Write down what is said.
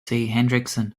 hendrickson